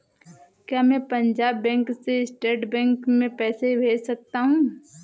क्या मैं पंजाब बैंक से स्टेट बैंक में पैसे भेज सकता हूँ?